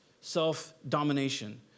self-domination